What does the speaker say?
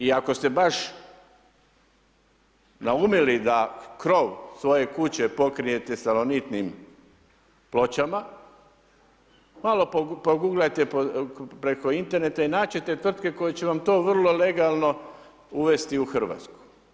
I ako ste baš naumili da krov svoje kuće pokrijete salonitnim pločama, malo proguglajte preko interveta i naći ćete tvrtke koje će vam to vrlo legalno uvesti u Hrvatsku.